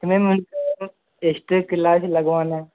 तो मैम उनको extra class लगवानी है